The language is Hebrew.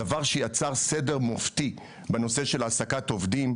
זה דבר שיצר סדר מופתי בנושא של העסק עובדים,